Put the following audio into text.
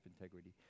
integrity